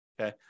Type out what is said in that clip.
okay